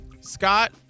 Scott